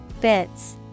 Bits